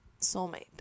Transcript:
soulmate